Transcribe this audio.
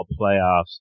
playoffs